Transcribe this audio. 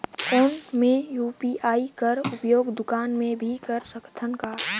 कौन मै यू.पी.आई कर उपयोग दुकान मे भी कर सकथव का?